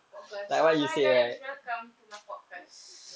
podcast so hi guys welcome to my podcast